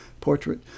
portrait